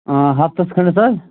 آں ہفتس کھَنڑس حظ